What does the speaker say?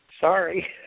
Sorry